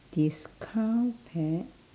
discount pet